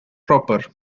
proper